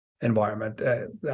environment